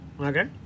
Okay